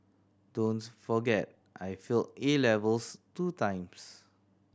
don't forget I failed A levels two times